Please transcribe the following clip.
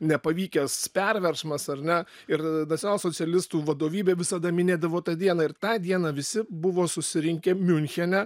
nepavykęs perversmas ar ne ir nacionalsocialistų vadovybė visada minėdavo tą dieną ir tą dieną visi buvo susirinkę miunchene